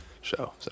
show